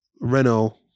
Renault